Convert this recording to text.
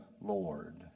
Lord